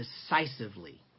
decisively